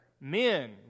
Men